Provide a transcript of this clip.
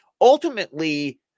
ultimately